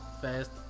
fast